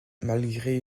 malgré